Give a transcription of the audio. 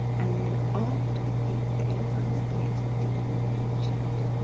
and then after the peak, the enzymes get denatured,